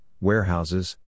warehouses